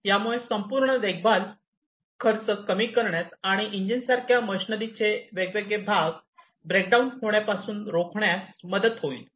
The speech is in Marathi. यामुळे संपूर्ण देखभाल खर्च कमी करण्यात आणि इंजिनसारख्या मशीनरीचे वेगवेगळे भाग ब्रेकडाऊन होण्यापासून रोखण्यात मदत होईल